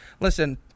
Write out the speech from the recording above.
Listen